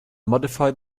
modify